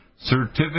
Certificate